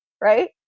right